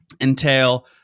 entail